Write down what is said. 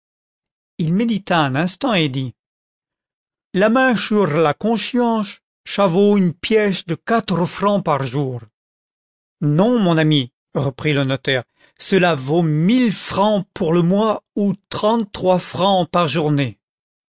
il médita un instant et dit la main chur la consehienche cha vaut une pièce de quatre francs par jour non mon ami reprit le notaire cela vaut mille francs pour le mois ou trente-trois francs par journée